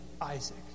Isaac